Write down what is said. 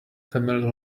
family